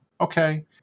Okay